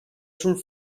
sul